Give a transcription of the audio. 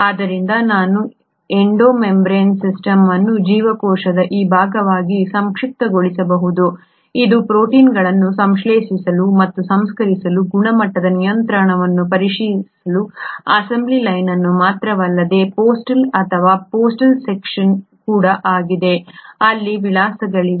ಆದ್ದರಿಂದ ನಾನು endomembrane system ಅನ್ನು ಜೀವಕೋಶದ ಆ ಭಾಗವಾಗಿ ಸಂಕ್ಷಿಪ್ತಗೊಳಿಸಬಹುದು ಇದು ಪ್ರೋಟೀನ್ಗಳನ್ನು ಸಂಶ್ಲೇಷಿಸಲು ಮತ್ತು ಸಂಸ್ಕರಿಸಲು ಗುಣಮಟ್ಟದ ನಿಯಂತ್ರಣವನ್ನು ಪರಿಶೀಲಿಸಲು ಅಸೆಂಬ್ಲಿ ಲೈನ್ ಅನ್ನು ಮಾತ್ರವಲ್ಲದೆ ಪೋಸ್ಟಲ್ ಅಥವಾ ಪೋಸ್ಟಲ್ ಸೆಕ್ಷನ್ ಕೂಡ ಆಗಿದೆ ಅಲ್ಲಿ ವಿಳಾಸಗಳಿವೆ